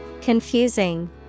Confusing